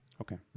Okay